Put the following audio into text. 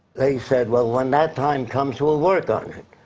they said well, when that time comes, we'll work on it.